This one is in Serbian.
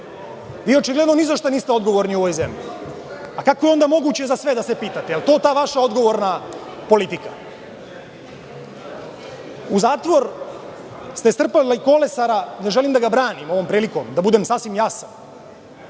Očigledno ni za šta niste odgovorni u ovoj zemlji. Kako je onda moguće za sve da se pitate? Da li je to ta vaša odgovorna politika?U zatvor ste strpali Kolesara, ne želim da ga branim ovom prilikom, da budem sasvim jasan,